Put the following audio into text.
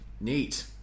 neat